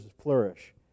flourish